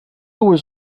was